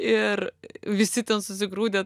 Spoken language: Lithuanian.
ir visi ten susigrūdę